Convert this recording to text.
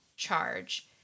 charge